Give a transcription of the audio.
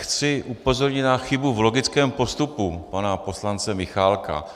Chci upozornit na chybu v logickém postupu pana poslance Michálka.